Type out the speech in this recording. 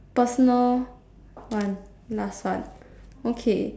personal one last one okay